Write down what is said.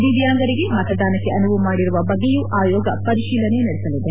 ದಿವ್ಯಾಂಗರಿಗೆ ಮತದಾನಕ್ಕೆ ಅನುವು ಮಾಡಿರುವ ಬಗ್ಗೆಯೂ ಆಯೋಗ ಪರಿಶೀಲನೆ ನಡೆಸಲಿದೆ